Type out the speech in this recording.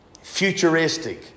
futuristic